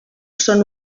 són